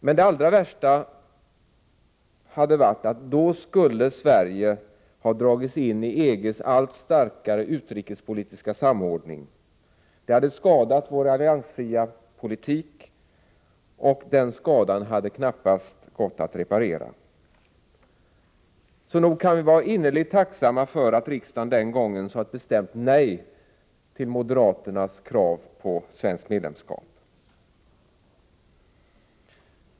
Men det allra värsta hade varit att Sverige då skulle ha dragits in i EG:s allt starkare utrikespolitiska samordning. Det hade skadat vår alliansfria politik, och den skadan hade det knappast gått att reparera. Så nog kan vi vara innerligt tacksamma för att riksdagen den gången sade ett bestämt nej till moderaternas krav på svenskt medlemskap.